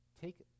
take